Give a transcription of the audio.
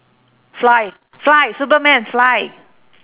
fly fly superman fly